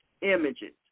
images